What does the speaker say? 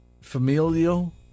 familial